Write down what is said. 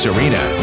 Arena